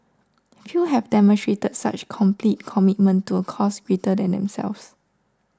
few have demonstrated such complete commitment to a cause greater than themselves